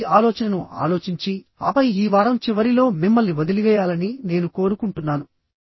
మీరు ఈ ఆలోచనను ఆలోచించి ఆపై ఈ వారం చివరిలో మిమ్మల్ని వదిలివేయాలని నేను కోరుకుంటున్నాను